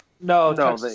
No